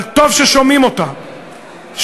אבל טוב ששומעים אותה,